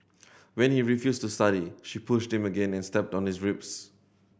when he refused to study she pushed him again and stepped on his ribs